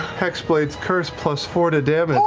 hexblade's curse plus four to damage.